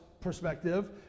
perspective